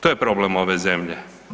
To je problem ove zemlje.